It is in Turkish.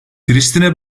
priştine